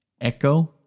Echo